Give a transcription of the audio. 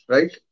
Right